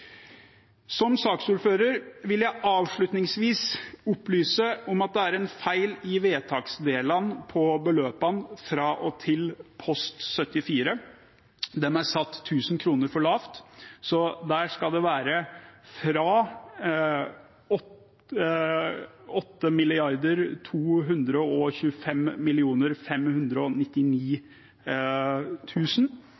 en feil i vedtaksdelen på beløpene til og fra på post 74. De er satt 1 000 kr for lavt. Der skal det være fra